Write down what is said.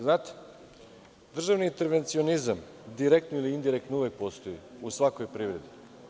Znate, državni intervencionizam direktno ili indirektno uvek postoji u svakoj privredi.